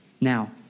Now